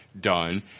done